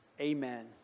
Amen